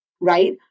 right